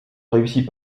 réussit